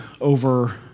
over